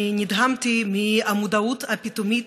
אני נדהמתי מהמודעות הפתאומית